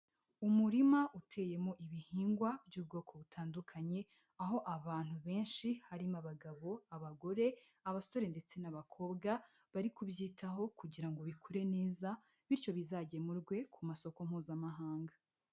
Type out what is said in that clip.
Umurima uteyemo ibihingwa by'ubwoko butandukanye, aho abantu benshi harimo abagabo, abagore, abasore ndetse n'abakobwa bari kubyitaho kugira ngo bikure neza bityo bizagemurwe ku masoko mpuzamahanga.